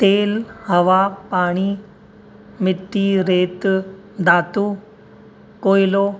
तेल हवा पाणी मिट्टी रेत दातो कोयलो